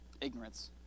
ignorance